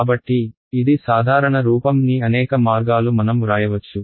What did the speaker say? కాబట్టి ఇది సాధారణ రూపం ని అనేక మార్గాలు మనం వ్రాయవచ్చు